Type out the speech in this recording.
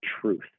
truth